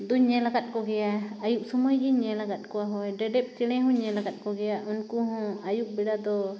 ᱫᱩᱧ ᱧᱮᱞ ᱟᱠᱟᱫ ᱠᱚᱜᱮᱭᱟ ᱟᱭᱩᱵ ᱥᱩᱢᱟᱹᱭ ᱜᱤᱧ ᱧᱮᱞ ᱟᱠᱟᱫ ᱠᱚᱣᱟ ᱦᱳᱭ ᱰᱮᱰᱮᱯ ᱪᱮᱬᱮ ᱦᱚᱸᱧ ᱧᱮᱞ ᱟᱠᱟᱫ ᱠᱚᱜᱮᱭᱟ ᱩᱱᱠᱩ ᱦᱚᱸ ᱟᱭᱩᱵ ᱵᱮᱲᱟ ᱫᱚ